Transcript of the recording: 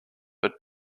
but